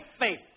faith